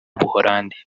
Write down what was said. buhorandi